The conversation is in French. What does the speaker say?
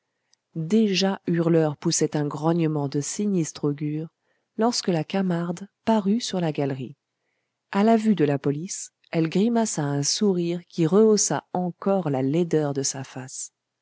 déjà hurleur poussait un grognement de sinistre augure lorsque la camarde parut sur la galerie a la vue de la police elle grimaça un sourire qui rehaussa encore la laideur de sa face